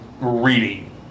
reading